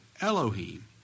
Elohim